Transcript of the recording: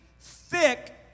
thick